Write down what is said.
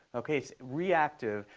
ok, it's reactive,